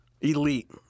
Elite